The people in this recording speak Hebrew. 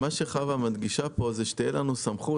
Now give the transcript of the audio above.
מה שחוה מדגישה כאן זה שתהיה לנו סמכות